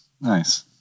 Nice